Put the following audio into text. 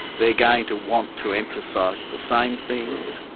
they're going to want to emphasise the same things,